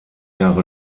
jahre